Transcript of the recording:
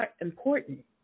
important